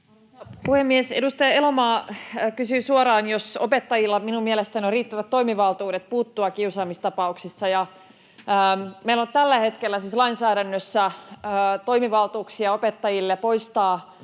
puhemies! Edustaja Elomaa kysyi suoraan, onko opettajilla minun mielestäni riittävät toimivaltuudet puuttua kiusaamistapauksissa. Meillä on tällä hetkellä siis lainsäädännössä toimivaltuuksia opettajille poistaa